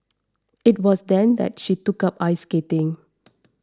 it was then that she took up ice skating